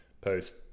post